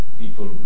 people